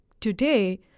today